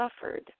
suffered